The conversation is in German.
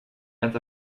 ganz